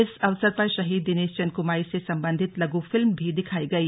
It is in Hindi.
इस अवसर पर शहीद दिनेश चंद कुमाई से संबंधित लघु फिल्म भी दिखाई गई